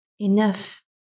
Enough